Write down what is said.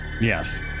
Yes